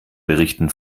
berichten